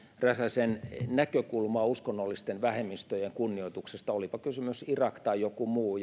räsäsen näkökulmaa uskonnollisten vähemmistöjen kunnioituksesta olipa kysymyksessä irak tai joku muu